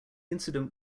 incident